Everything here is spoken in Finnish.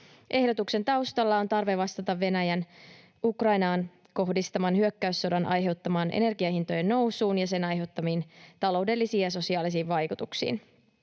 Ehdotuksen taustalla on tarve vastata Venäjän Ukrainaan kohdistaman hyökkäyssodan aiheuttamaan energiahintojen nousuun ja sen aiheuttamiin taloudellisiin ja sosiaalisiin vaikutuksiin.